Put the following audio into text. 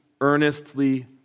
earnestly